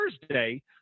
Thursday